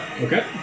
Okay